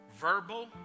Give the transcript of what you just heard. verbal